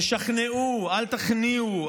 תשכנעו, אל תכניעו.